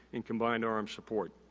and combined armed support.